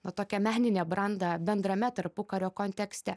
na tokią meninę brandą bendrame tarpukario kontekste